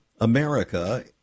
America